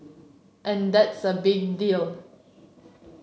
and that's a big deal